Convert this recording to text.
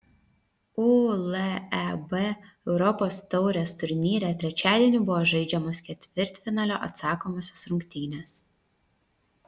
uleb europos taurės turnyre trečiadienį buvo žaidžiamos ketvirtfinalio atsakomosios rungtynės